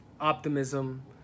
optimism